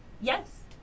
Yes